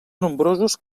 nombrosos